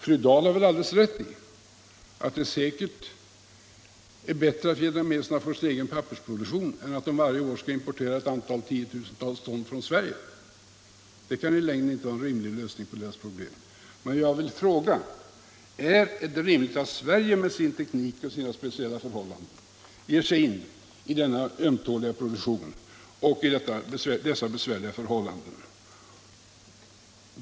Fru Dahl har alldeles rätt i att det säkert är bättre att vietnameserna får i gång sin egen pappersproduktion än att de varje år skall importera 10 000-tals ton från Sverige. Det kan i längden inte vara en rimlig lösning på deras problem. Men jag vill ställa en fråga: Är det rimligt att Sverige med sin teknik och sina speciella förhållanden ger sig in på denna ömtåliga produktion och dessa besvärliga förhållanden?